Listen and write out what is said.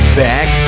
back